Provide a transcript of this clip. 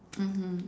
mmhmm